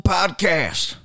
Podcast